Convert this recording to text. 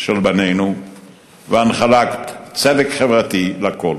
של בנינו והנחלת צדק חברתי לכול.